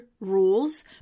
rules